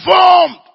informed